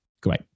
Great